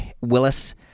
willis